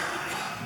אתמול,